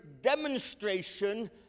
demonstration